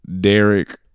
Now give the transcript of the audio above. Derek